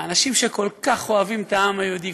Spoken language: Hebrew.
האנשים שכל כך אוהבים את העם היהודי,